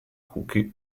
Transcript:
cookie